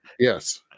yes